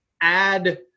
add